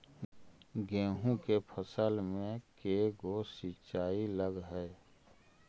गेहूं के फसल मे के गो सिंचाई लग हय?